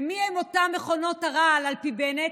ומיהן אותן מכונות הרעל, על פי בנט?